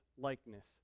likeness